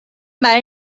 برای